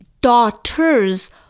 Daughters